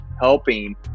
helping